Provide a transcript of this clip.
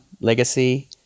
Legacy